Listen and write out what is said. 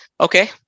Okay